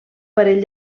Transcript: parell